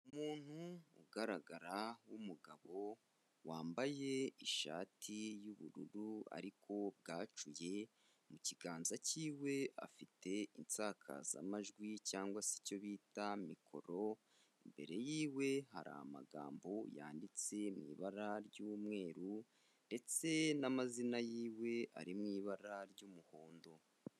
Umuntu ugaragara w'umugabo wambaye ishati y'ubururu ariko bwacuye, mu kiganza cy'iwe afite insakazamajwi cyangwa se icyo bita mikoro, imbere yiwe hari amagambo yanditse mu ibara ry'umweru ndetse n'amazina yiwe ari mu ibara ry'umuhondo.